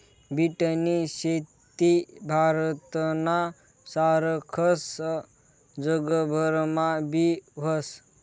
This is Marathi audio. बीटनी शेती भारतना सारखस जगभरमा बी व्हस